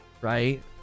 Right